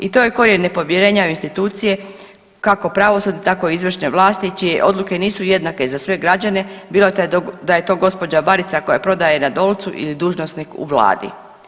I to je korijen nepovjerenja u institucije kako pravosudne tako i izvršne vlasti čije odluke nisu jednake za sve građane bilo da je to gospođa Barica koja prodaje na Dolcu ili dužnosnik u vladi.